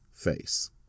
face